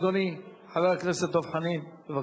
אדוני, חבר הכנסת דב חנין, בבקשה.